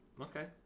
okay